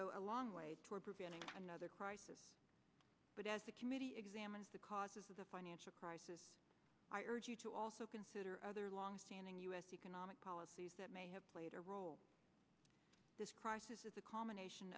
go a long way toward preventing another crisis but as the committee examines the causes of the financial crisis i urge you to also consider other longstanding u s economic policies that may have played a role this crisis is a combination